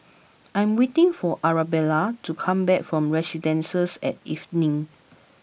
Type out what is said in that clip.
I am waiting for Arabella to come back from Residences at Evelyn